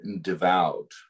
devout